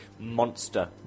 monster